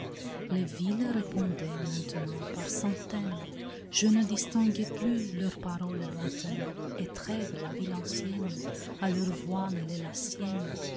les villes répondaient maintenant par centaines je ne distinguais plus leurs paroles lointaines et trèves la ville ancienne à leur voix mêlait la sienne